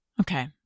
Okay